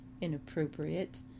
inappropriate